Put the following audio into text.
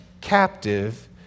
captive